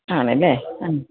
ആണല്ലേ ആ